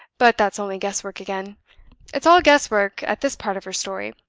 but that's only guess-work again it's all guess-work at this part of her story.